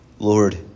lord